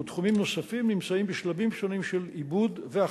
ותחומים נוספים נמצאים בשלבים שונים של עיבוד והחלטה.